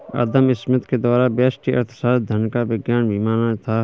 अदम Smith के द्वारा व्यष्टि अर्थशास्त्र धन का विज्ञान भी माना था